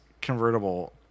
convertible